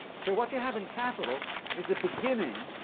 so what you have in capital is the beginning